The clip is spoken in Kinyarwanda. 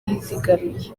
yizigamiye